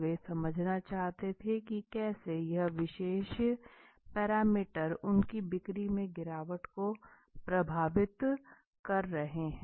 वे समझना चाहते थे की कैसे यह विशेष पैरामीटर उनकी बिक्री में गिरावट को प्रभावित कर रहे हैं